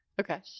okay